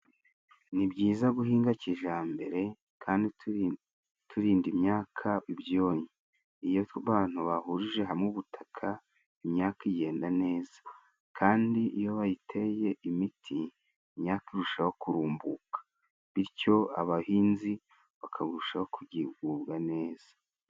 Ni byiza guhinga kijambere kandi turinda imyaka ibyonnyi. Iyo abantu bahurije hamwe ubutaka, imyaka igenda neza kandi iyo bayiteye imiti imyaka irushaho kurumbuka, bityo abahinzi bakarushaho kugubwa neza.